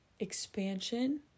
expansion